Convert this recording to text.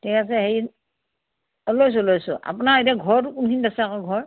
ঠিক আছে হেৰি লৈছোঁ লৈছোঁ আপোনাৰ এতিয়া ঘৰতো কোনখিনিত আছে আকৌ ঘৰ